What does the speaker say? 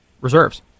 reserves